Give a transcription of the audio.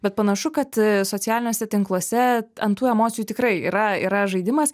bet panašu kad socialiniuose tinkluose ant tų emocijų tikrai yra yra žaidimas